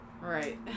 Right